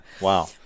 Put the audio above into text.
Wow